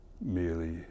merely